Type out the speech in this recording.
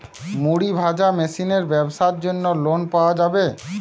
মুড়ি ভাজা মেশিনের ব্যাবসার জন্য লোন পাওয়া যাবে?